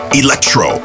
electro